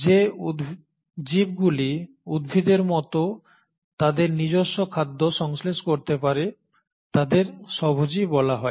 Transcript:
যে জীবগুলি উদ্ভিদের মতো তাদের নিজস্ব খাদ্য সংশ্লেষ করতে পারে তাদের স্বভোজী বলা হয়